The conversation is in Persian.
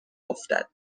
افتد